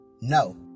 No